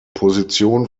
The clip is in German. position